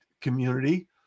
community